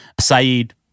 Saeed